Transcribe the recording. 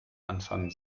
anfangen